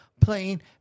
playing